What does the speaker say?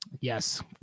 Yes